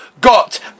got